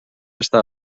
està